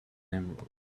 emerald